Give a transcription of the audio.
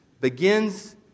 begins